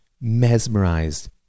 mesmerized